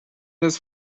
this